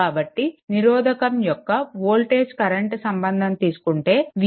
కాబట్టి ఒక నిరోధకం యొక్క వోల్టేజ్ కరెంట్ సంబంధం తీసుకుంటే v1 i1 R మరియు v2 i2 R